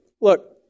look